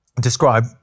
describe